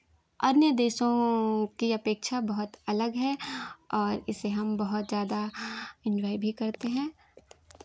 अन्य देशों की अपेक्षा बहुत अलग है और इसे हम बहुत ज़्यादा इन्जॉय भी करते हैं